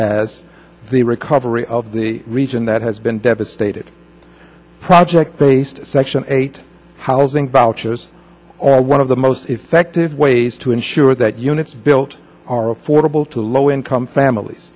as the recovery of the region that has been devastated project based section eight housing vouchers one of the most effective ways to ensure that units built are affordable to low income families